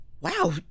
Wow